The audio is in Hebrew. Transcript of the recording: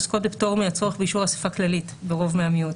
עוסקות בפטור מהצורך באישור אספה כללית ברוב מהמיעוט